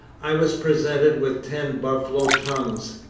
i was presented with ten buffalo tongues.